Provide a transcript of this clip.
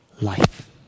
life